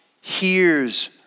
hears